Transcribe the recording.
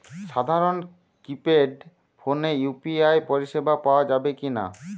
সাধারণ কিপেড ফোনে ইউ.পি.আই পরিসেবা পাওয়া যাবে কিনা?